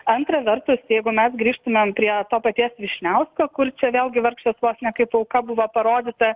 antra vertus jeigu mes grįžtumėm prie to paties vyšniausko kur čia vėlgi vargšas vos ne kaip auka buvo parodyta